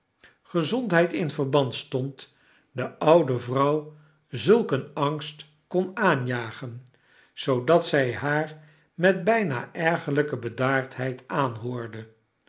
in verband stond de oude vrouw zulk een angst kon aanjagen zoodat zij haar met byna ergerlijke bedaardheid aanhoorde